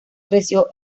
creció